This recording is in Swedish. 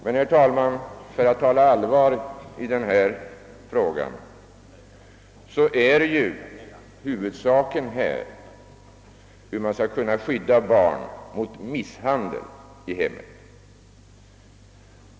Men, herr talman — för att tala allvar i denna fråga — huvudsaken är ju hur man skall kunna skydda barn mot misshandel i hemmen.